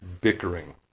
bickering